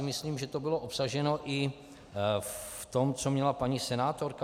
Myslím si, že to bylo obsaženo i v tom, co měla paní senátorka.